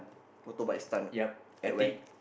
motor bike stunt ah at where